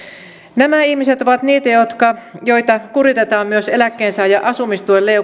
nämä ihmiset ovat niitä joita kuritetaan myös eläkkeensaajan asumistuen